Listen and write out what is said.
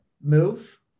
move